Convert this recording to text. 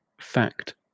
Fact